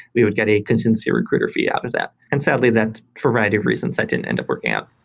we would get a contingency recruiter fee out of that. and sadly, that provided reasons that didn't end up working out.